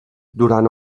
durant